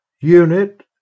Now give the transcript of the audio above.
unit